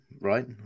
right